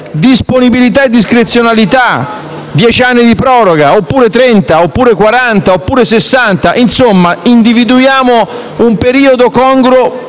disponibilità e discrezionalità: dieci anni di proroga, oppure trenta, oppure quaranta, oppure sessanta. Insomma, individuiamo un periodo congruo